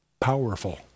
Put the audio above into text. powerful